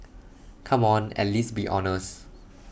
come on at least be honest